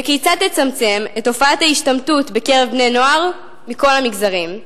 וכיצד תצמצם את תופעת ההשתמטות בקרב בני-נוער מכל המגזרים?